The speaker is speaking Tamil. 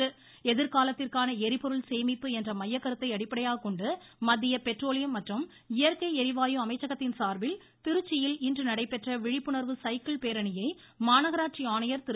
எதிர்காலத்திற்கான ளிபொருள் என்ற மையக்கருத்தை அடிப்படையாகக் கொண்டு மத்திய பெட்ரோலியம் மற்றும் இயற்கை ளிவாயு அமைச்சகத்தின் சார்பில் திருச்சியில் இன்று நடைபெற்ற விழிப்புணர்வு சைக்கிள்பேரணியை மாநகராட்சி ஆணையா் திரு